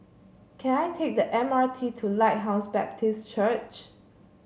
can I take the M R T to Lighthouse Baptist Church